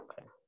okay